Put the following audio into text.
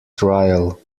trial